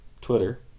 twitter